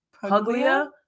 Puglia